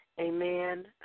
Amen